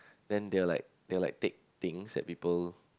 then they're like they're like take things that people